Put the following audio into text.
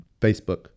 Facebook